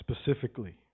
specifically